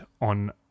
On